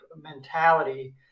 mentality